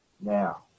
now